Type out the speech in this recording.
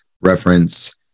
reference